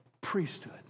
priesthood